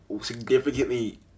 significantly